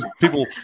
people